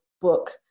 book